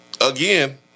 again